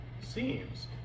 seems